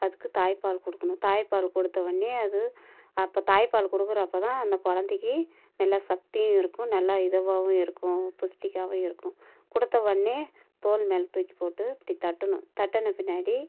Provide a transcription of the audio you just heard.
அதுக்கு தாய்ப்பால் கொடுக்கணும் தாய்ப்பால் கொடுத்தவொன்னே அது அப்போ தாய்ப்பால் கொடுக்குற அப்போ தான் அந்த குலந்தைக்கி நல்லா சக்தியும் இருக்கும் நல்லா இதுவாகவும் இருக்கும் புஸ்டிக்காகவும் இருக்கும் கொடுத்தவொன்னே தோல் மேலே தூக்கி போட்டு இப்படி தட்டணும் தட்டுன பின்னாடி